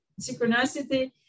synchronicity